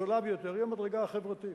הזולה ביותר, היא המדרגה החברתית,